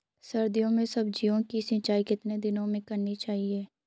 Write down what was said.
सर्दियों में सब्जियों की सिंचाई कितने दिनों में करनी चाहिए?